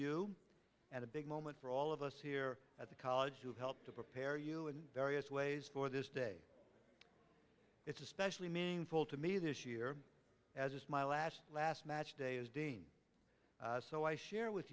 you and a big moment for all of us here at the college who helped to prepare you in various ways for this day it's especially meaningful to me this year as it's my last last match day as dean so i share wit